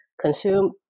consume